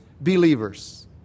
believers